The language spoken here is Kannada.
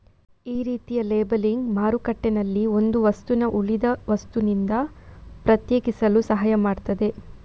ಈ ರೀತಿಯ ಲೇಬಲಿಂಗ್ ಮಾರುಕಟ್ಟೆನಲ್ಲಿ ಒಂದು ವಸ್ತುನ ಉಳಿದ ವಸ್ತುನಿಂದ ಪ್ರತ್ಯೇಕಿಸಲು ಸಹಾಯ ಮಾಡ್ತದೆ